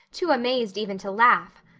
too amazed even to laugh.